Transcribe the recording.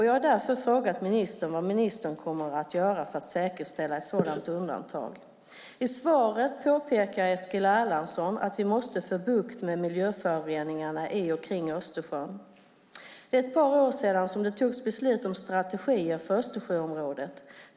Jag har därför frågat ministern vad han kommer att göra för att säkerställa ett sådant undantag. I svaret påpekar Eskil Erlandsson att vi måste få bukt med miljöföroreningarna i och kring Östersjön. Det är ett par år sedan som det togs beslut om strategier för Östersjöområdet.